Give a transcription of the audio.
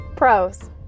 Pros